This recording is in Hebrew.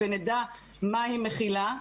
ונדע מה היא מכילה.